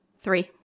Three